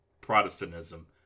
Protestantism